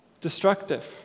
destructive